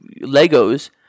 Legos